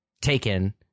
taken